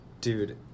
Dude